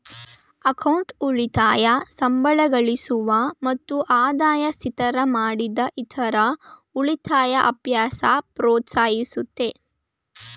account ಉಳಿತಾಯ ಸಂಬಳಗಳಿಸುವ ಮತ್ತು ಆದಾಯ ಸ್ಥಿರಮಾಡಿದ ಇತ್ರ ಉಳಿತಾಯ ಅಭ್ಯಾಸ ಪ್ರೋತ್ಸಾಹಿಸುತ್ತೆ